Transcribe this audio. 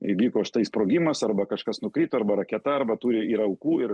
įvyko štai sprogimas arba kažkas nukrito arba raketa arba turi yra aukų ir